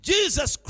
Jesus